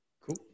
cool